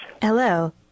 Hello